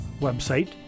website